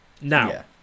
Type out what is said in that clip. now